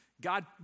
God